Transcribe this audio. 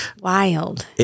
Wild